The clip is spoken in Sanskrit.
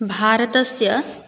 भारतस्य